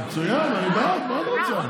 מצוין, אני בעד, מה את רוצה?